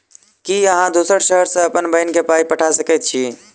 की अहाँ दोसर शहर सँ अप्पन बहिन केँ पाई पठा सकैत छी?